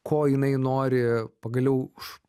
ko jinai nori pagaliau už